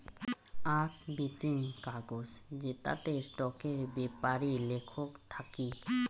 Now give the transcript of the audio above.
আক বিতিং কাগজ জেতাতে স্টকের বেপারি লেখক থাকি